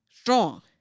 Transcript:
strong